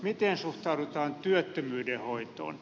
miten suhtaudutaan työttömyyden hoitoon